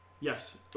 Yes